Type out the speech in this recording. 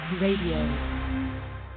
Radio